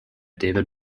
david